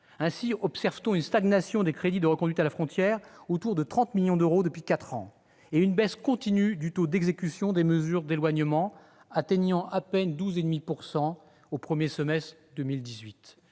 Ainsi, on observe une stagnation des crédits pour les reconduites à la frontière, à environ 30 millions d'euros depuis quatre ans, et une baisse continue du taux d'exécution des mesures d'éloignement, qui atteignait à peine 12,5 % au premier semestre de 2018.